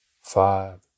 five